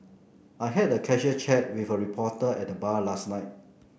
I had a casual chat with a reporter at the bar last night